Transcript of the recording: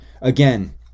again